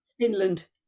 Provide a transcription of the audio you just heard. Finland